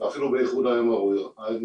ואפילו באיחוד האמירויות.